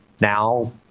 now